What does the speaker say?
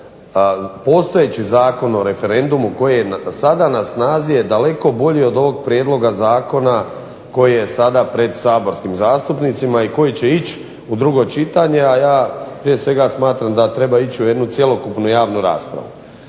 postojeći Zakon o referendumu koji je sada na snazi je daleko bolji od ovog prijedloga zakona koji je sada pred saborskim zastupnicima i koji će ići u drugo čitanje. A ja prije svega smatram da treba ići u jednu cjelokupnu javnu raspravu.